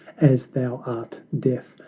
as thou art deaf,